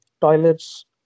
toilets